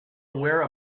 aware